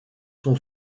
son